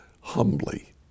humbly